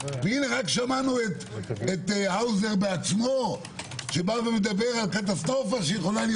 רק שמענו את האוזר בעצמו שמדבר על קטסטרופה שיכולה להיות